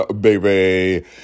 baby